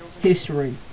history